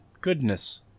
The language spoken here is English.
goodness